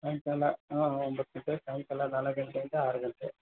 ಸಾಯಂಕಾಲ ಒಂಬತ್ತು ಗಂಟೆ ಸಾಯಂಕಾಲ ನಾಲ್ಕು ಗಂಟೆಯಿಂದ ಆರು ಗಂಟೆ